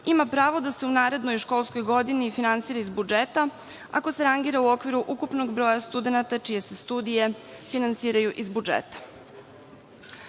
ima pravo da se u narednoj školskoj godini finansira iz budžeta ako se rangira u okviru ukupnog broja studenata čije se studije finansiraju iz budžeta. Važno